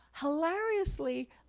hilariously